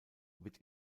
wird